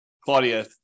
Claudia